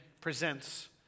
presents